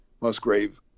Musgrave